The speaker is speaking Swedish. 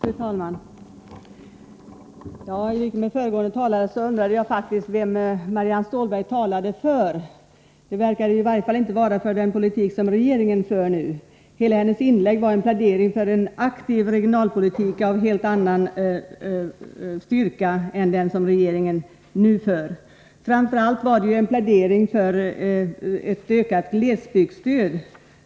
Fru talman! I likhet med föregående talare undrade jag faktiskt vad Marianne Stålberg talade för — det verkade i varje fall inte vara för den politik som regeringen nu för. Hennes inlägg var genomgående en plädering för en aktiv regionalpolitik av helt annan styrka än den regeringen nu för. Framför allt var det en plädering för ett ökat glesbygdsstöd.